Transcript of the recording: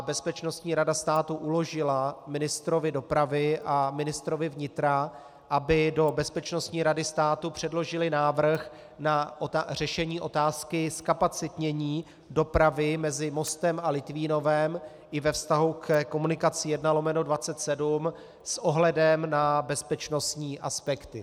Bezpečnostní rada státu uložila ministrovi dopravy a ministrovi vnitra, aby do Bezpečnostní rady státu předložili návrh na řešení otázky zkapacitnění dopravy mezi Mostem a Litvínovem i ve vztahu ke komunikaci 1/27 s ohledem na bezpečnostní aspekty.